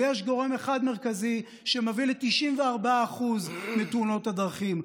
ויש גורם מרכזי אחד שמביא ל-94% מתאונות הדרכים.